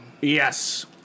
Yes